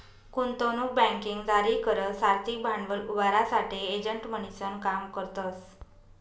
गुंतवणूक बँकिंग जारी करस आर्थिक भांडवल उभारासाठे एजंट म्हणीसन काम करतस